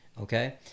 okay